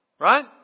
Right